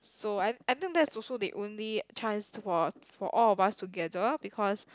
so I I think that's also the only chance for for all of us together because